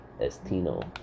Estino